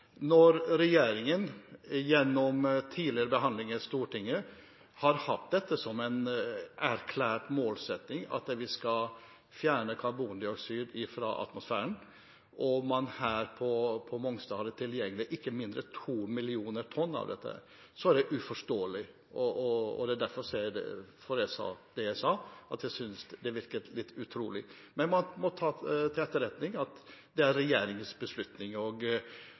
Når regjeringen, gjennom tidligere behandlinger i Stortinget, har hatt det som en erklært målsetting at vi skal fjerne karbondioksid fra atmosfæren, og man på Mongstad hadde tilgjengelig ikke mindre enn 2 millioner tonn av dette, er det uforståelig. Det var derfor jeg sa det jeg sa, at jeg syntes det virket litt utrolig. Men man må ta til etterretning at det var regjeringens beslutning. Man stiller spørsmål om hvilke andre utenforliggende ting det skulle vært. Men vi forstår rett og